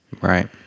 Right